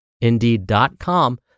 Indeed.com